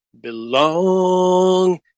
belong